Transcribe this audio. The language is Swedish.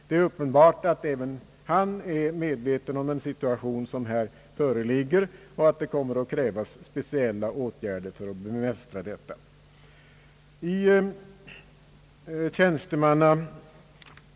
Det är uppenbart att även han är medveten om att det krävs speciella åtgärder för att bemästra situationen.